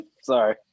Sorry